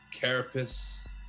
carapace